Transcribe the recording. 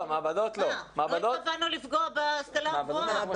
לא התכוונו לפגוע בהשכלה הגבוהה.